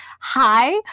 hi